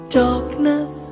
darkness